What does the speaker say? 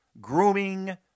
Grooming